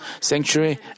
sanctuary